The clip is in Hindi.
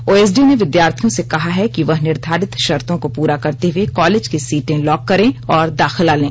ओएसडी ने विद्यार्थियों से कहा है कि वह निर्धारित शर्तों को पूरा करते हुए कॉलेज की सीटें लॉक करें और दाखिला लें